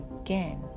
again